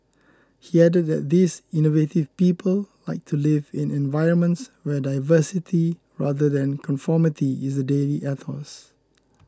he added that these innovative people like to live in environments where diversity rather than conformity is the daily ethos